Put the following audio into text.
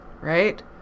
right